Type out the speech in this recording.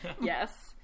yes